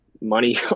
money